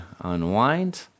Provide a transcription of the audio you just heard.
unwind